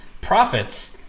Profits